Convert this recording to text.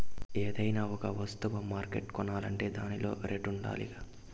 ఏదైనా ఒక వస్తువ మార్కెట్ల కొనాలంటే దానికో రేటుండాలిగా